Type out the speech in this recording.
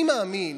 אני מאמין